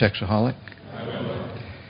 sexaholic